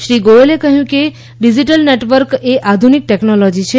શ્રી ગોયલે કહ્યું કે ડિજિટલનેટવર્ક એ આધુનિક ટેક્નોલૉજી છે